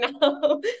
now